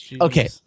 Okay